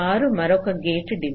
6 మరొక gate delay